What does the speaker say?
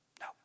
no